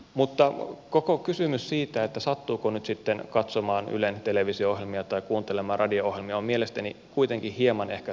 mutta koko kysymys siitä sattuuko nyt sitten katsomaan ylen televisio ohjelmia tai kuuntelemaan radio ohjelmia on mielestäni kuitenkin ehkä hieman toissijainen